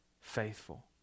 faithful